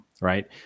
right